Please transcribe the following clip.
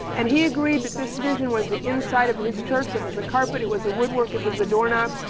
and he agreed that this vision was the inside of his church, it was the carpet, it was the woodwork, it was the door knob.